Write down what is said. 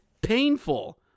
painful